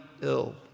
ill